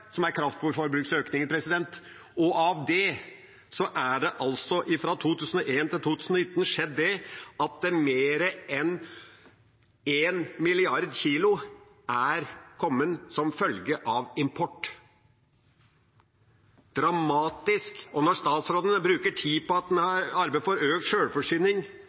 det altså fra 2001 til 2019 skjedd at mer enn 1 mrd. kg er kommet som følge av import – dramatisk. Når statsråden bruker tid på at en har arbeidet for økt sjølforsyning,